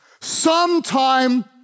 Sometime